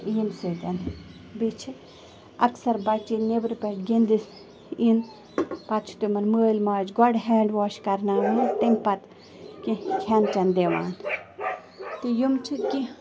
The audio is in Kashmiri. ییٚمہِ سۭتۍ بیٚیہِ چھِ اَکثر بَچہِ نٮ۪برٕ پٮ۪ٹھٕ گِنٛدِتھ یِن پَتہٕ چھِ تِمَن مٲلۍ ماجہِ گۄڈٕ ہینٛڈ واش کرٕناوان تَمۍ پَتہٕ کیٚنہہ کھٮ۪ن چٮ۪ن دِوان تہٕ یِمہٕ چھٕ کیٚنہہ